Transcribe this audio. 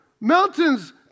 Mountains